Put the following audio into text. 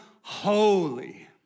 holy